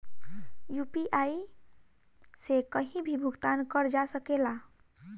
UPI से कहीं भी भुगतान कर जा सकेला?